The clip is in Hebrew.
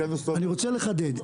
אני רוצה לחדד,